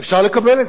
אפשר לחשוב כך.